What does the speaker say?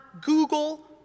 Google